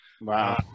Wow